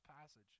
passage